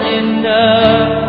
enough